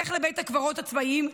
לך לבתי הקברות הצבאיים,